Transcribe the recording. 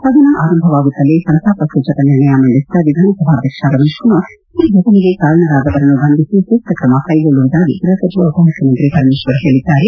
ಸದನ ಆರಂಭವಾಗುತ್ತಲೆ ಸಂತಾಪ ಸೂಚಕ ನಿರ್ಣಯ ಮಂಡಿಸಿದ ವಿಧಾನ ಸಭಾಧ್ಯಕ್ಷ ರಮೆಶ್ ಕುಮಾರ್ ಈ ಫಟನೆಗೆ ಕಾರಣರಾದವನ್ನು ಬಂಧಿಸಿ ಸೂಕ್ತ ಕ್ರಮ ಕ್ಟೆಗೊಳ್ಳುವುದಾಗಿ ಗ್ಬಹ ಸಚಿವ ಉಪಮುಖ್ಯಮಂತ್ರಿ ಪರಮೇಶ್ವರ್ ಹೇಳಿದ್ದಾರೆ